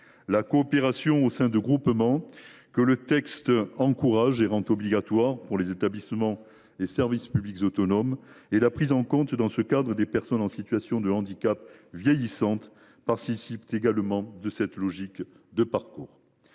La coopération au sein de groupements, que le texte encourage et rend obligatoire pour les établissements et services publics autonomes, et la prise en compte dans ce cadre des personnes en situation de handicap vieillissantes participent également de cette logique de parcours.